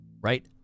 right